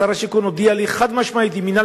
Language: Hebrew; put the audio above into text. שר השיכון הודיע לי חד-משמעית: עם מינהל